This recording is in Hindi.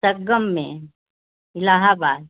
संगम में इलाहाबाद